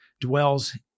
dwells